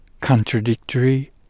contradictory